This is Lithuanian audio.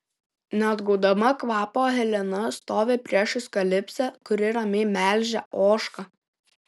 neatgaudama kvapo helena stovi priešais kalipsę kuri ramiai melžia ožką